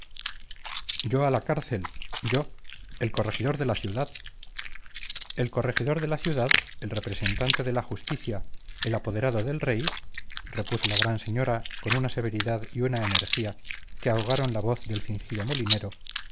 yo a la cárcel yo el corregidor de la ciudad el corregidor de la ciudad el representante de la justicia el apoderado del rey repuso la gran señora con una severidad y una energía que ahogaron la voz del fingido molinero llegó